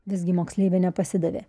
visgi moksleivė nepasidavė